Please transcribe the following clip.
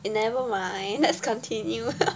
never mind let's continue